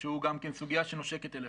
שהוא גם כן סוגיה שנושקת אליכם?